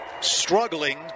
struggling